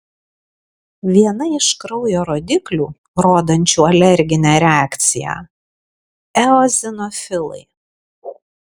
viena iš kraujo rodiklių rodančių alerginę reakciją eozinofilai